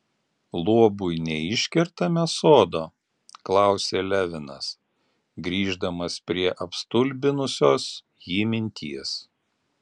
luobui neiškertame sodo klausė levinas grįždamas prie apstulbinusios jį minties